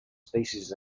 species